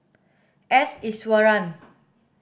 S Iswaran